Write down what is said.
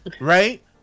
Right